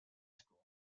school